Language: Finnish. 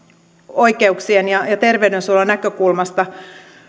oikeuksien ja terveyden suojelun näkökulmasta